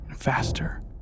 faster